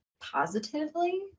positively